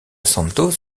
santos